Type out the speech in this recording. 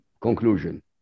conclusion